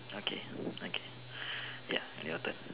okay okay ya your turn